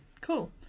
cool